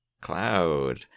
cloud